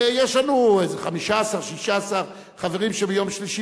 ויש לנו איזה 15 16 חברים שביום שלישי